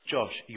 Josh